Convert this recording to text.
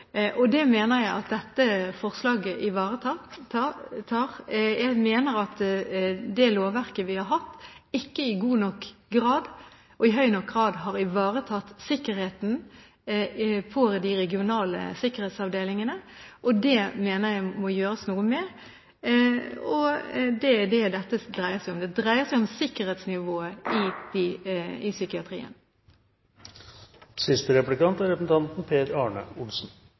øvrig. Det mener jeg at dette forslaget ivaretar. Jeg mener at det lovverket vi har hatt, ikke godt nok og i høy nok grad har ivaretatt sikkerheten på de regionale sikkerhetsavdelingene. Det mener jeg må gjøres noe med, og det er det dette dreier seg om. Det dreier seg om sikkerhetsnivået i psykiatrien. Jeg tror jeg skal gå over på en annen vinkling i denne saken. Man kan lese i proposisjonen: «Det er